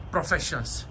Professions